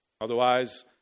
Otherwise